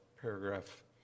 paragraph